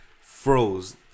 froze